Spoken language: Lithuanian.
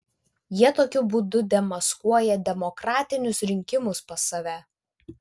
jie tokiu būdu demaskuoja demokratinius rinkimus pas save